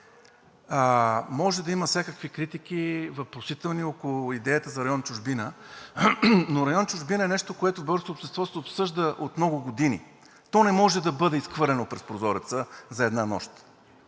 Може да има всякакви критики, въпросителни около идеята за район „Чужбина“, но район „Чужбина“ е нещо, което в българското общество се обсъжда от много години. То не може да бъде изхвърлено през прозореца за една нощ!